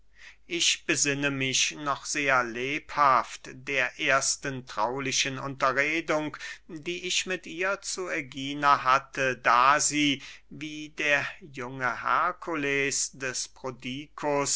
ich besinne mich noch sehr lebhaft der ersten traulichen unterredung die ich mit ihr zu ägina hatte da sie wie der junge herkules des prodikus